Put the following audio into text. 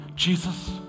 Jesus